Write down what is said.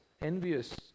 envious